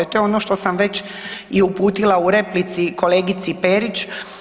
To je ono što sam već i uputila u replici kolegici Perić.